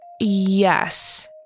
Yes